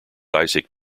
isaac